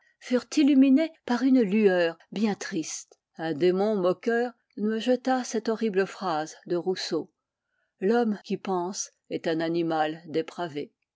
furent illuminées par une lueur bien triste un démon moqueur me jeta cette horrible phrase de rousseau l'homme qui pense est un animal dépravé